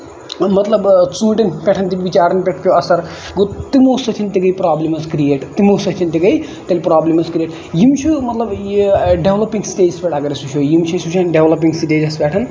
مطلب ژوٗٹین پٮ۪ٹھ تہِ بِچارَن پٮ۪ٹھ پیوٚو اَثر تِمو سۭتۍ تہِ گے پروبلِمز کرییٹ تِمو سۭتۍ تہِ گے تیٚلہِ پروبلِمز کرییٹ یِم چھِ مطلب یہِ ڈیولَپِنگ سِٹیجَس پٮ۪ٹھ اَگر أسۍ وٕچھو یِم چھِ أسۍ وٕچھن ڈیولَپِنگ سِٹیجَس پٮ۪ٹھ